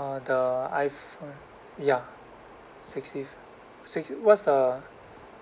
uh the iphone ya sixty six what's the